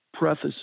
Preface